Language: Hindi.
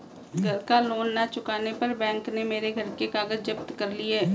घर का लोन ना चुकाने पर बैंक ने मेरे घर के कागज जप्त कर लिए